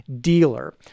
dealer